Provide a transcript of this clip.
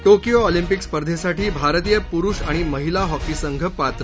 Tokyo Olympic स्पर्धेसाठी भारतीय प्रुष आणि महिला हॉकी संघ पात्र